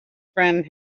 friend